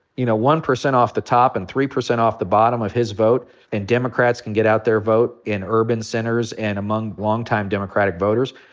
you know, one percent off the top and three percent off the bottom of his vote and democrats can get out their vote in urban centers and among longtime democratic voters,